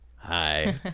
Hi